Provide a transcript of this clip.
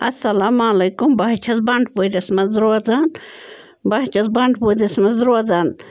السلامُ علیکُم بہٕ حظ چھَس بَنڈپوٗرِس منٛز روزان بہٕ حظ چھَس بَنڈپوٗرِس منٛز روزان